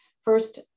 First